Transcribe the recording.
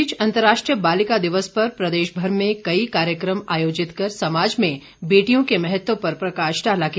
इस बीच अंतर्राष्ट्रीय बालिका दिवस पर प्रदेश भर में कई कार्यक्रम आयोजित कर समाज में बेटियों के महत्व पर प्रकाश डाला गया